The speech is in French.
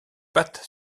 pattes